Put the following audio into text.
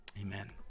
Amen